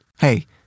hey